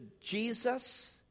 Jesus